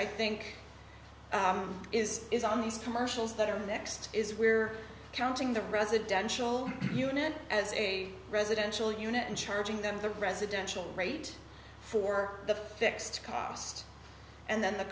i think is is on these commercials that are next is we're counting the residential units as a residential unit and charging them the residential rate for the fixed cost and then the